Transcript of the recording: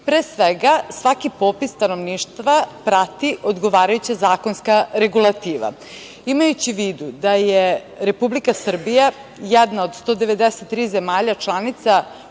svega, svaki popis stanovništva prati odgovarajuća zakonska regulativa. Imajući u vidu da je Republika Srbija jedna od 193 zemalja članica